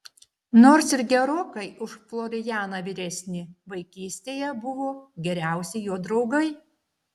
nors ir gerokai už florianą vyresni vaikystėje buvo geriausi jo draugai